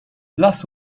lass